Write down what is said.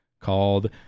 called